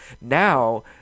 Now